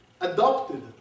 adopted